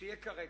שיהיה כרגע.